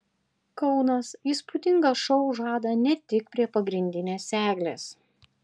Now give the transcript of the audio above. kaunas įspūdingą šou žada ne tik prie pagrindinės eglės